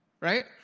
Right